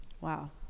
Wow